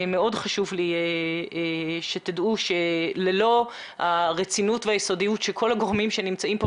מאוד חשוב לי שתדעו שללא הרצינות והיסודיות של כל הגורמים שנמצאים כאן,